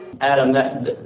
Adam